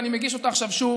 ואני מגיש אותה שוב.